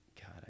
God